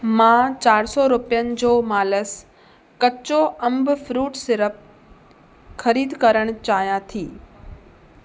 मां चार सौ रुपियनि जो मालस कचो अबुं फ्रूट सिरप ख़रीद करणु चाहियां थी